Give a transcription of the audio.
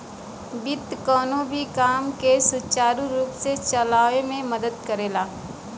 वित्त कउनो भी काम के सुचारू रूप से चलावे में मदद करला